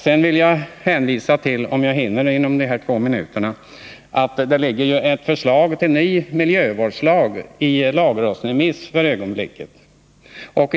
Sedan vill jag hänvisa till att ett förslag till en ny miljövårdslag f.n. är föremål för lagrådsremiss.